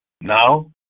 Now